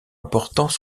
importants